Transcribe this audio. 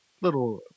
Little